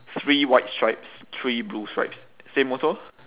three white stripes three blue stripes same also